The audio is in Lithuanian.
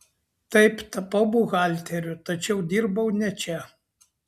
taip tapau buhalteriu tačiau dirbau ne čia